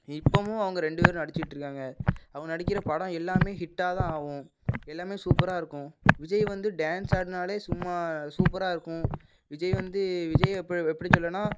இப்போவும் அவங்க ரெண்டு பேரும் நடிச்சுட்ருக்காங்க அவங்க நடிக்கிற படம் எல்லாமே ஹிட்டாக தான் ஆகும் எல்லாமே சூப்பராக இருக்கும் விஜய் வந்து டான்ஸ் ஆடினாலே சும்மா சூப்பராக இருக்கும் விஜய் வந்து விஜய் எப் எப்படி சொல்றதுன்னால்